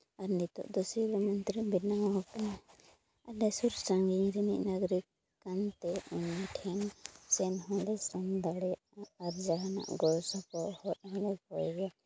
ᱟᱨ ᱱᱤᱛᱟᱹᱜ ᱫᱚ ᱥᱤᱨᱟᱹᱢᱚᱱᱛᱨᱤ ᱵᱮᱱᱟᱣ ᱠᱟᱱᱟᱭ ᱟᱞᱮ ᱥᱩᱨ ᱥᱟᱺᱜᱤᱧ ᱨᱮ ᱢᱤᱫ ᱱᱟᱜᱚᱨᱤᱠ ᱠᱟᱱᱛᱮ ᱩᱱᱤᱴᱷᱮᱱ ᱥᱮᱱ ᱦᱚᱸᱞᱮ ᱥᱮᱱᱫᱟᱲᱮᱭᱟᱜᱼᱟ ᱟᱨ ᱡᱟᱦᱟᱱᱟᱜ ᱜᱚᱲᱚᱥᱚᱯᱚᱦᱚᱫ ᱦᱚᱸᱞᱮ ᱠᱚᱭᱜᱮᱭᱟ